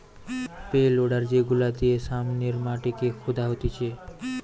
pay loader যেগুলা দিয়ে সামনের মাটিকে খুদা হতিছে